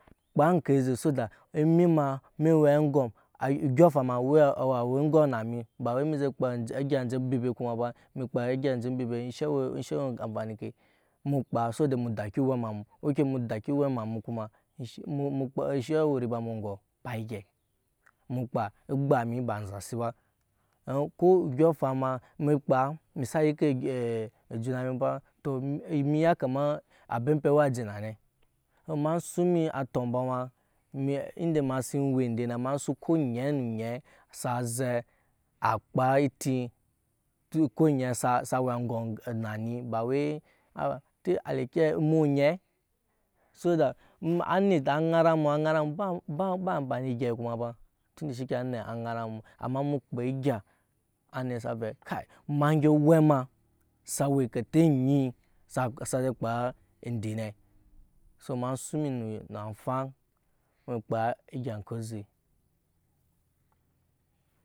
Kpaa eŋke so da emina mi we aŋgom odyɔŋ afaɲ ma awe aŋgɔm na emi ba we emi je kpaa egya enje ebeebe kuma ba emi kpaa egya enjje ebebe enshe we ampani ŋke mu kaa sobo d mu dai owe ama mu ok emu kum mu kpaa enshɛ we riba mi eyɔƙ ba egei mukpaa egba emi ba enzasi ba don ko odyoŋ afaŋ ma emi kpaa emi sa yike ejuna mi ba to emi ya kama abem pe wa je nane so ema suŋ emi a tɔmbo ema ende ema we ende ne ema suŋ ko oŋyɛ nu ŋyɛɛ sa ze a kpaa eti duk ko oŋye sa we aŋgom na ni ba we tir ale kiyaye emu we oŋye so. da anit aŋara mi aŋara ba ampani egei kuma ba tund shike anit aŋara mu amma emu kpe egya anit sa ve kai ema gyɛp owɛ ema sa we kete onyii sa ze eje kpaa ende ne so ema suŋ emi na afaŋ eme kpaa egya oŋke oze.